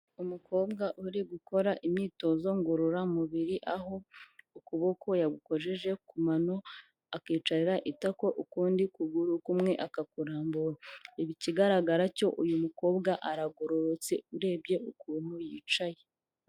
Umukobwa uri gukora imyitozo ngororamubiri aho ukuboko yagukojeje ku mano, akicarira itako, ukundi kuguru kumwe akakurambura, ikigaragara cyo uyu mukobwa aragororotse urebye ukuntu yicaye.